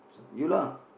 so you lah